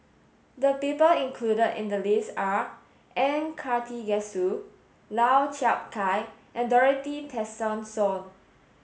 the people included in the list are N Karthigesu Lau Chiap Khai and Dorothy Tessensohn